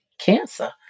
cancer